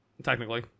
Technically